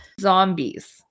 zombies